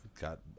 got